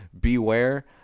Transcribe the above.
beware